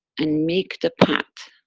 and make the path.